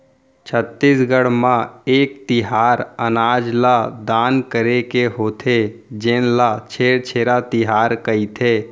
छत्तीसगढ़ म एक तिहार अनाज ल दान करे के होथे जेन ल छेरछेरा तिहार कहिथे